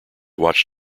watch